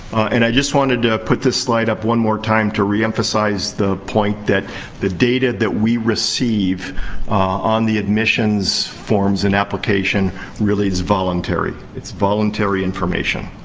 and i just wanted to put this slide up one more time to reemphasize the point that the data that we receive on the admissions forms and application really is voluntary. it's voluntary information.